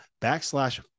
backslash